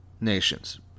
nations